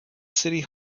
city